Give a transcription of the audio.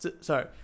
sorry